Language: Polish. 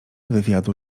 wywiadu